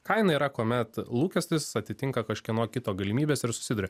kaina yra kuomet lūkestis atitinka kažkieno kito galimybes ir susiduria